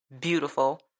beautiful